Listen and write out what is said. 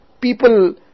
People